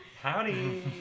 Howdy